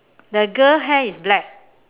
the girl hair is black